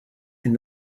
and